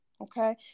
okay